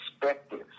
perspective